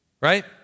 Right